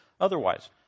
otherwise